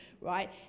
right